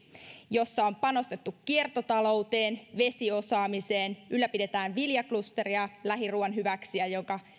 jossa on panostettu kiertotalouteen vesiosaamiseen ylläpidetään viljaklusteria lähiruuan hyväksi ja